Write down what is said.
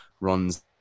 runs